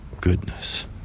goodness